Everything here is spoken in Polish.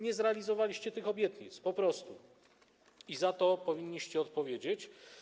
Nie zrealizowaliście tych obietnic, po prostu, i za to powinniście odpowiedzieć.